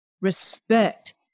respect